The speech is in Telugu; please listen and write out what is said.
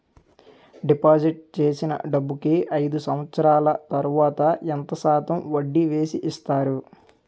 డిపాజిట్ చేసిన డబ్బుకి అయిదు సంవత్సరాల తర్వాత ఎంత శాతం వడ్డీ వేసి ఇస్తారు?